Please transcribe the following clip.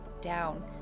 down